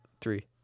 three